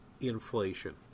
inflation